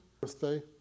birthday